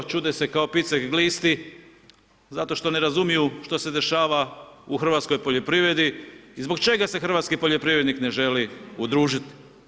Čude se kao picek glisti, zato što ne razumiju što se dešava u hrvatskoj poljoprivredi i zbog čega se hrvatski poljoprivrednik ne želi udružit.